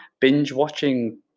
binge-watching